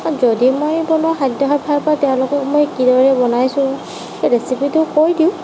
যদি মই বনোৱা খাদ্য় খাই ভাল পাই তেওঁলোকক মই কিহেৰে বনাইছোঁ ৰেচিপিটো কৈ দিওঁ